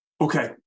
Okay